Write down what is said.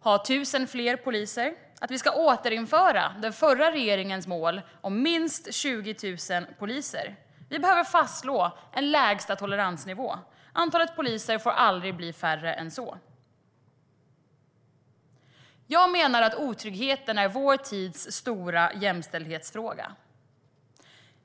ha 1 000 fler poliser och att vi ska återinföra den förra regeringens mål om minst 20 000 poliser. Vi behöver fastslå en lägsta toleransnivå: antalet poliser får aldrig bli mindre än så. Jag menar att otryggheten är vår tids stora jämställdhetsfråga.